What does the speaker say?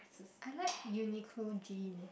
I like Uniqlo jeans